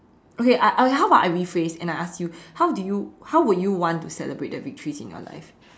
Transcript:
okay I I how about I rephrase and I ask you how do you how would you want to celebrate the victories in your life